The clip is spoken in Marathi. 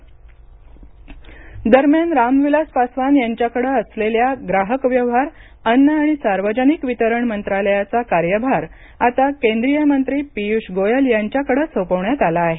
गोयल कार्यभार दरम्यान राम विलास पासवान यांच्या कडे असलेल्या ग्राहक व्यवहार अन्न आणि सार्वजनिक वितरण मंत्रालयाचा कार्यभार आता केंद्रीय मंत्री पीयूष गोयल यांच्याकडे सोपवण्यात आला आहे